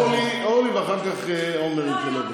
אורלי, ואחר כך, עומר ינקלביץ'.